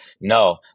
no